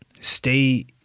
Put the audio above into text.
stay